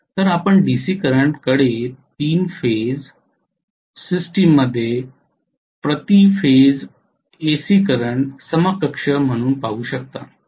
तर आपण डीसी करंटकडे 3 फेज सिस्टममध्ये प्रति फेज एसी करंट समकक्ष म्हणून पाहू शकता